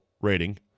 rating